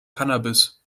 cannabis